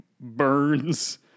burns